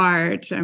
art